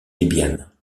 debian